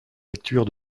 lecture